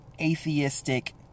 atheistic